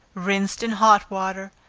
rinsed in hot water,